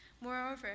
Moreover